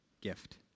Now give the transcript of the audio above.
gift